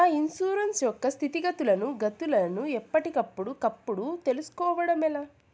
నా ఇన్సూరెన్సు యొక్క స్థితిగతులను గతులను ఎప్పటికప్పుడు కప్పుడు తెలుస్కోవడం ఎలా?